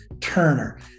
Turner